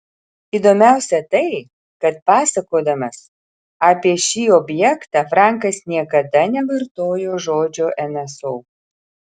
įdomiausia tai kad pasakodamas apie šį objektą frankas niekada nevartojo žodžio nso